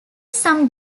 some